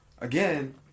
again